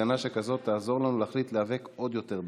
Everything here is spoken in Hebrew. הפגנה שכזאת תעזור לנו להחליט להיאבק עוד יותר בעוצמה.